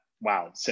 wow